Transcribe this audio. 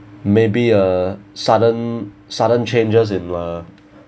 maybe a sudden sudden changes in a